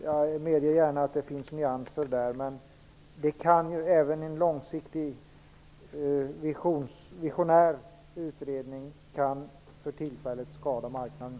Jag medger gärna att det finns nyanser där, men även en långsiktig visionär utredning kan för tillfället skada marknaden.